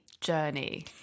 journey